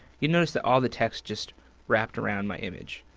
you notice that all the text just wrapped around my image.